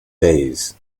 bays